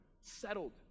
settled